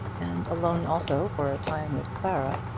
and alone also for a time with clara,